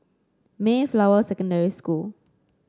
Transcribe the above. Mayflower Secondary School